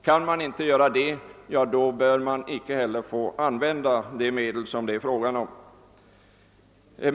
Är det inte möjligt, bör icke heller de medel som det är fråga om få användas.